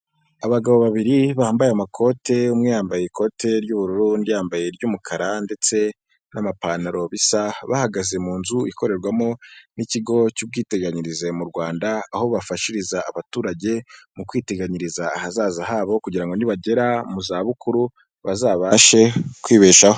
Abagabo babiri bambaye amakoti, umwe yambaye ikote ry'ubururu ,undi yambaye iry'umukara ndetse n'amapantaro bisa. Bahagaze mu nzu ikorerwamo n'Ikigo cy'ubwiteganyirize mu Rwanda ,aho bafashiriza abaturage mu kwiteganyiriza ahazaza habo kugira nibagera mu zabukuru bazabashe kwibeshaho.